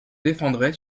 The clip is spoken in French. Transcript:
défendrai